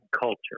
culture